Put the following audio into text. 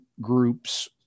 groups